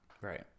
Right